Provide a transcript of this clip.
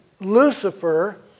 Lucifer